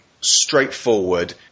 straightforward